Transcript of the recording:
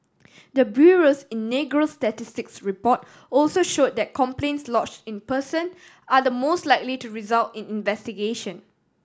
the bureau's inaugural statistics report also showed that complaints lodge in person are the most likely to result in investigation